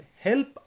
help